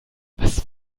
was